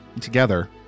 together